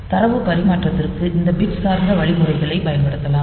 தரவு பரிமாற்றத்திற்கு இந்த பிட் சார்ந்த வழிமுறைகளைப் பயன்படுத்தலாம்